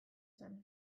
zen